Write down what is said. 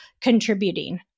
contributing